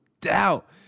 doubt